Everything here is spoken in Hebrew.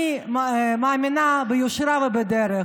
אני מאמינה ביושרה ובדרך